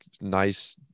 nice